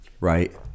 right